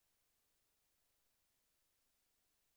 נעשה